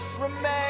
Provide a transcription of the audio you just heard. remain